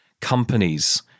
companies